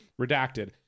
redacted